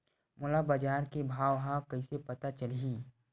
मोला बजार के भाव ह कइसे पता चलही?